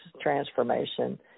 transformation